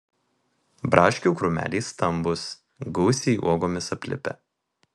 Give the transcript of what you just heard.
braškių krūmeliai stambūs gausiai uogomis aplipę